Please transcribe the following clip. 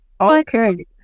Okay